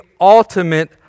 ultimate